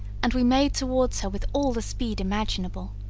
and we made towards her with all the speed imaginable.